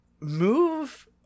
move